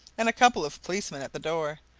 and a couple of policemen at the door,